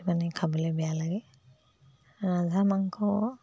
মানে খাবলৈ বেয়া লাগে ৰাজহাঁহ মাংস